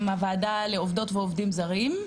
הוועדה לעובדות ועובדים זרים,